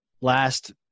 last